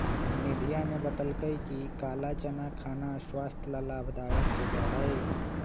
निधिया ने बतल कई कि काला चना खाना स्वास्थ्य ला लाभदायक होबा हई